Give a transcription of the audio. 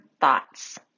thoughts